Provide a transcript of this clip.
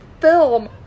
film